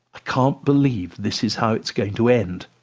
i can't believe this is how it's going to end.